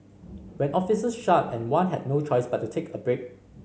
when offices shut and one had no choice but to take a break